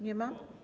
Nie ma.